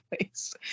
place